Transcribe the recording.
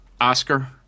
Oscar